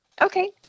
Okay